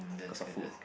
because of food